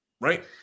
right